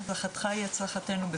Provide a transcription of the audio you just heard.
הצלחתך היא הצלחתנו,